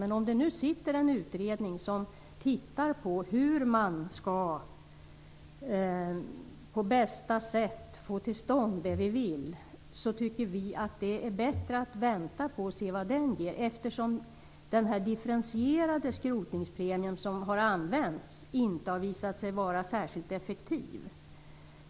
Men nu sitter en utredning och tittar på hur man på bästa sätt skall få detta till stånd, och då tycker vi att det är bättre att vänta och se vad den utredningen kommer fram till. Den differentierade skrotningspremien som använts har ju inte visat sig vara särskilt effektiv.